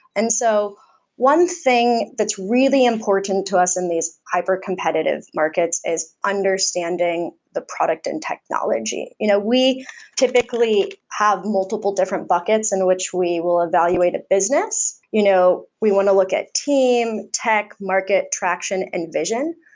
and so one thing that's really important to us in these hypercompetitive markets is understanding the product and technology. we typically have multiple different buckets in which we will evaluate a business. you know we want to look at team, tech, market, traction and vision.